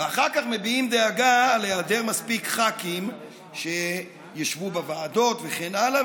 ואחר כך מביעים דאגה על היעדר מספיק ח"כים שישבו בוועדות וכן הלאה,